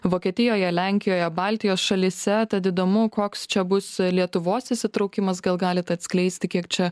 vokietijoje lenkijoje baltijos šalyse tad įdomu koks čia bus lietuvos įsitraukimas gal galit atskleisti kiek čia